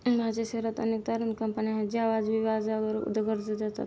माझ्या शहरात अनेक तारण कंपन्या आहेत ज्या वाजवी व्याजावर कर्ज देतात